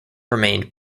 remained